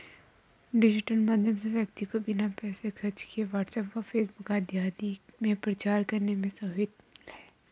digital माध्यम से व्यक्ति को बिना पैसे खर्च किए व्हाट्सएप व फेसबुक आदि से प्रचार करने में सहूलियत है